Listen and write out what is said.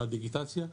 על דיגיטציה,